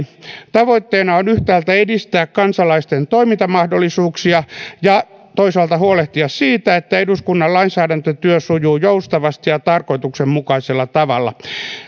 tavoitteena on yhtäältä edistää kansalaisten toimintamahdollisuuksia ja toisaalta huolehtia siitä että eduskunnan lainsäädäntötyö sujuu joustavasti ja tarkoituksenmukaisella tavalla